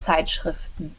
zeitschriften